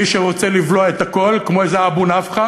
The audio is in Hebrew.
מי שרוצה לבלוע את הכול כמו איזה אבו נפחא,